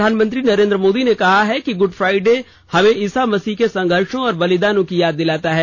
प्रधानमंत्री नरेन्द्र मोदी ने कहा है कि गुंड फ्राइडे हमें ईसा मसीह के संघर्षो और बलिदानों की याद दिलाता है